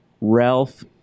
Ralph